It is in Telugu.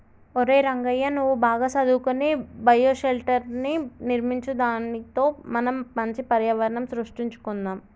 ఒరై రంగయ్య నువ్వు బాగా సదువుకొని బయోషెల్టర్ర్ని నిర్మించు దానితో మనం మంచి పర్యావరణం సృష్టించుకొందాం